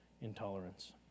intolerance